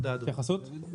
התייחסות.